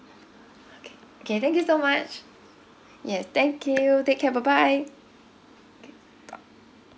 okay K thank you so much yes thank you take care bye bye K stop